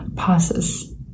passes